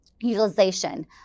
utilization